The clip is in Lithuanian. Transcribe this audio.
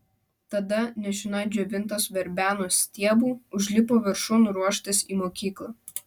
tada nešina džiovintos verbenos stiebu užlipo viršun ruoštis į mokyklą